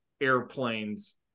airplanes